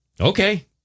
Okay